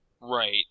right